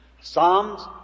Psalms